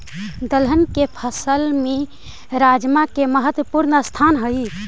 दलहन के फसल में राजमा के महत्वपूर्ण स्थान हइ